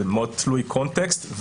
זה מאוד תלוי קונטקסט.